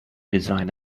design